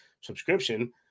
subscription